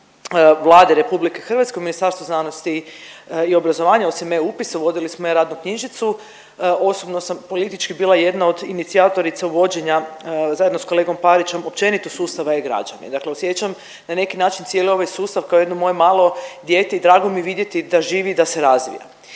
Vlade RH u Ministarstvu znanosti i obrazovanja. Osim e-upisa uvodili smo e-radnu knjižicu. Osobno sam politički bila jedna od inicijatorica vođenja zajedno s kolegom Pavićem općenito sustava e-građani. Dakle osjećam na neki način cijeli ovaj sustav kao jedno moje malo dijete i drago mi je vidjeti da živi i da se razvija.